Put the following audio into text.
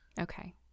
Okay